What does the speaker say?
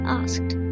asked